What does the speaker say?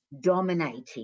dominating